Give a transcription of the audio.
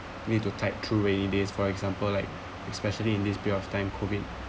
me to tight through rainy days for example like especially in this period of time COVID